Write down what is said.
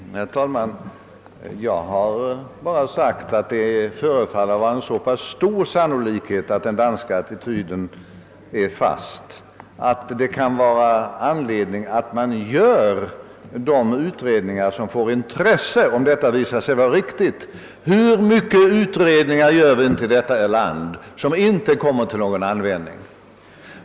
Herr talman! Jag har bara sagt, att det förefaller vara så pass stor sannolikhet för att den danska attityden är fast, att det kan vara anledning för oss att göra de utredningar som får intresse, om detta visar sig vara riktigt. Hur många utredningar gör vi inte i detta land vilka inte kommer till någon användning?